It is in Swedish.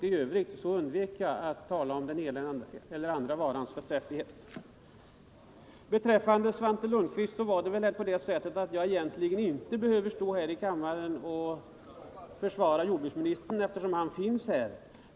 I övrigt undvek jag att tala om den ena eller andra varans förträfflighet. När det gäller Svante Lundkvists inlägg vill jag säga att jag egentligen inte behöver försvara jordbruksministern, eftersom han finns här själv.